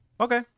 Okay